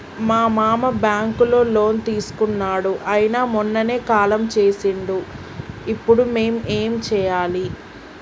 మా మామ బ్యాంక్ లో లోన్ తీసుకున్నడు అయిన మొన్ననే కాలం చేసిండు ఇప్పుడు మేం ఏం చేయాలి?